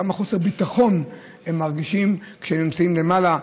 כמה חוסר ביטחון הם מרגישים כשהם נמצאים למעלה,